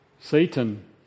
Satan